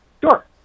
Sure